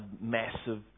massive